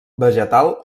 vegetal